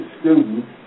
students